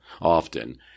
often